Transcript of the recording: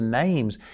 names